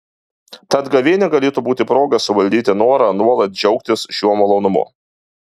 tad gavėnia galėtų būti proga suvaldyti norą nuolat džiaugtis šiuo malonumu